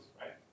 right